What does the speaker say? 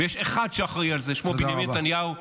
ויש אחד שאחראי על זה, שמו בנימין נתניהו.